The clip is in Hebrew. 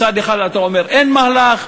מצד אחד אתה אומר "אין מהלך",